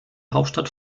hauptstadt